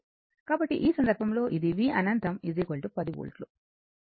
కాబట్టి ఈ సందర్భంలో ఇది v అనంతం 10 వోల్ట్లు